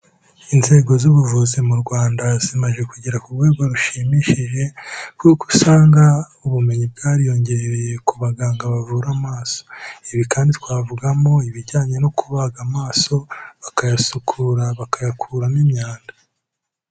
Inzego z'ubuvuzi mu Rwanda, zimaze kugera ku rwego rushimishije kuko usanga ubumenyi bwariyongereye ku baganga bavura amaso, ibi kandi twavugamo ibijyanye no kubaga amaso bakayasukura bakayakuramo imyanda.